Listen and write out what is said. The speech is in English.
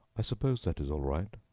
i suppose that is all right?